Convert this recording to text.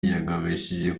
yagabishije